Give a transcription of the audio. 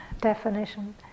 definition